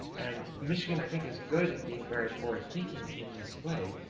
and michigan, i think, is good at being very forward thinking in this way,